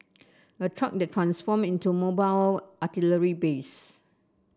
a truck that transform into mobile artillery base